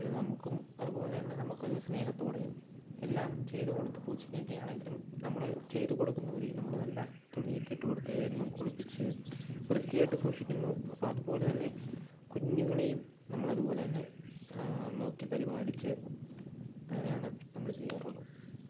അപ്പോൾ അതു നമുക്കും അതുപോലെ തന്നെ നമുക്കൊരു സ്നേഹത്തോടെയും എല്ലാം ചെയ്ത് കൊടുത്ത് പൂച്ചക്കൊക്കെ ആണെങ്കിലും നമ്മൾ ചെയ്തു കൊടുക്കുന്ന പോലെ ഇരിക്കും നമ്മൾ നല്ല തുണിയൊക്കെ ഇട്ടുകൊടുത്ത് എന്നും കുളിപ്പിച്ച് വ്യത്തിയായിട്ട് സൂക്ഷിക്കുന്നു അപ്പം അതുപോലെ തന്നെ കുഞ്ഞുങ്ങളെയും നമ്മളതുപോലെ തന്നെ നോക്കി പരിപാലിച്ച് അങ്ങനെയാണ് നമ്മൾ ചെയ്യാറുള്ളത്